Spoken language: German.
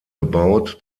gebaut